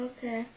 Okay